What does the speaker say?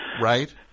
Right